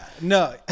no